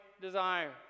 desire